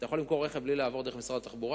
אתה יכול למכור רכב בלי לעבור דרך משרד התחבורה?